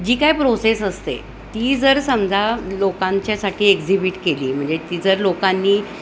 जी काय प्रोसेस असते ती जर समजा लोकांच्यासाठी एक्झिबिट केली म्हणजे ती जर लोकांनी